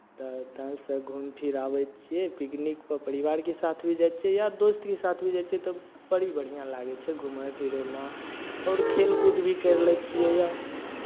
तऽ ताहिसँ घुमि फिरि आबै छियै पिकनिकपर परिवारके साथ भी जाइ छियै या दोस्तके साथ भी जाइ छियै तऽ बड़ी बढ़िआँ लागै छै घूमय फिरयमे आओर खेलकूद भी करि लै छियै या